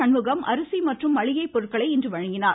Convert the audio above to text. சண்முகம் அரிசி மற்றும் மளிகை பொருட்களை இன்று வழங்கினார்